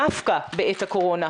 דווקא בעת הקורונה,